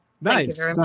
Nice